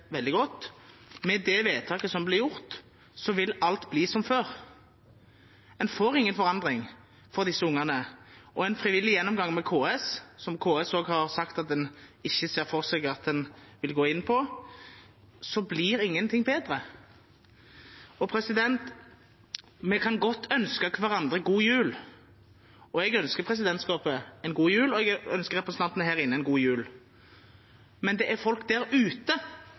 veldig godt: Med det vedtaket som ble gjort, vil alt være som før. En får ingen forandring for disse ungene, og med en frivillig gjennomgang med KS – som KS også har sagt at en ikke ser for seg at en vil gå inn på – blir ingenting bedre. Vi kan godt ønske hverandre god jul, og jeg ønsker presidentskapet og representantene her inne en god jul. Men det er folk der ute